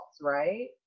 right